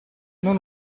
non